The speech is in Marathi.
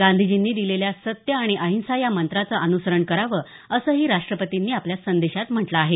गांधीजींनी दिलेल्या सत्य आणि अहिंसा या मंत्राचं अनुसरण करावं असंही राष्टपतींनी आपल्या संदेशात म्हटलं आहे